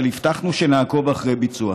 אבל הבטחנו שנעקוב אחרי ביצועה.